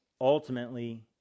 Ultimately